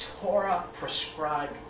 Torah-prescribed